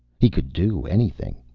he could do anything.